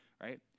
right